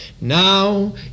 Now